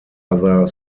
other